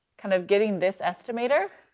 kind of getting this estimator,